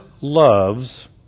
loves